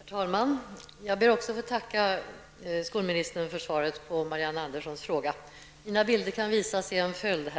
Herr talman! Jag ber också att få tacka skolministern för svaret på Marianne Anderssons i Mina bilder kan visas i en följd.